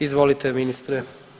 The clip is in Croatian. Izvolite ministre.